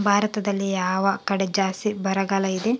ಭಾರತದಲ್ಲಿ ಯಾವ ಕಡೆ ಜಾಸ್ತಿ ಬರಗಾಲ ಇದೆ?